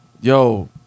Yo